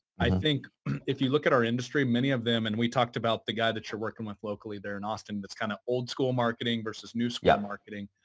i think if you look at our industry, many of them and we talked about the guy that you're working with locally there in austin, that's kind of old school marketing versus new school marketing,